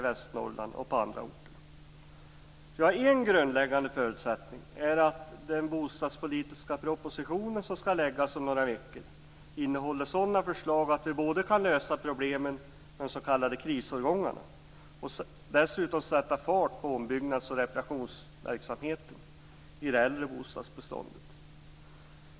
En grundläggande förutsättning är att den bostadspolitiska proposition som skall läggas fram om några veckor innehåller sådana förslag som innebär att vi både kan lösa problemen med de s.k. krisårgångarna och sätta fart på ombyggnads och reparationsverksamheten i det äldre bostadsbeståndet.